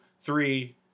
three